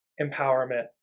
Empowerment